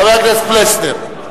חבר הכנסת פלסנר.